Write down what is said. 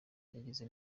yagize